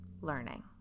learning